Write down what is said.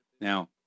Now